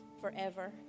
forever